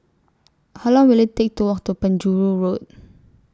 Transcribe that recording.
How Long Will IT Take to Walk to Penjuru Road